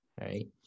right